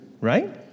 right